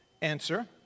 answer